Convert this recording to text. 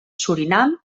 surinam